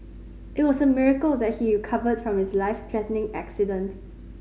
it was a miracle that he recovered from his life threatening accident